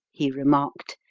he remarked,